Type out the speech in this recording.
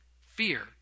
Fear